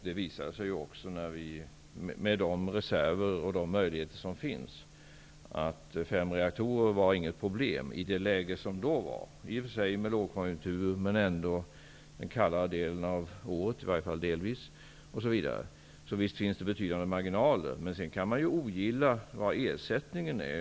Det visade sig ju också i det dåvarande läget att fem avställda reaktorer inte var något problem med de reserver som finns. I och för sig var det lågkonjunktur, men det var kall årstid. Så visst finns det betydande marginaler. Sedan kan man ogilla ersättningen.